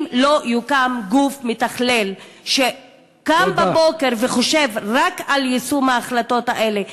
אם לא יוקם גוף מתכלל שקם בבוקר וחושב רק על יישום ההחלטות האלה,